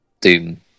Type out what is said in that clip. Doom